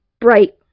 bright